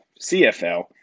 CFL